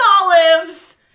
olives